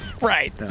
Right